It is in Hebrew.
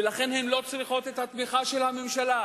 ולכן הן לא צריכות את התמיכה של הממשלה.